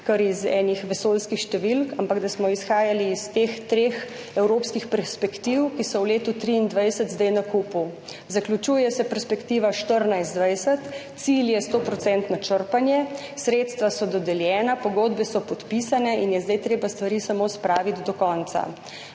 kar nekih vesoljskih številk, ampak smo izhajali iz teh treh evropskih perspektiv, ki so v letu 2023 zdaj na kupu. Zaključuje se perspektiva 2014–2020, cilj je 100-odstotno črpanje, sredstva so dodeljena, pogodbe so podpisane in je zdaj treba stvari samo spraviti do konca.